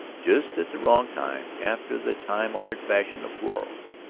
just at the wrong time, after the time-honored fashion of quarrels.